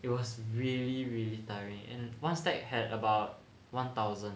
it was really really tiring and one stack had about one thousand